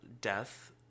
death